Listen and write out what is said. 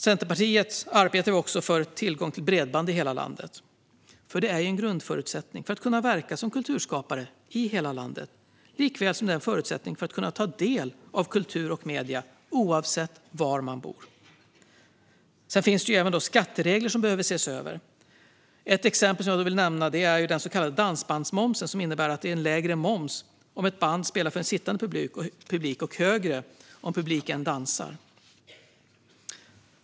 Centerpartiet arbetar också för tillgång till bredband i hela landet. Det är en grundförutsättning för att kunna verka som kulturskapare i hela landet, likaväl som det är en förutsättning för att kunna ta del av kultur och media oavsett var man bor. Det finns även skatteregler som behöver ses över. Ett exempel som jag vill nämna är den så kallade dansbandsmomsen, som innebär att det är lägre moms om ett band spelar för en sittande publik och högre moms om publiken dansar.